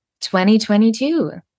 2022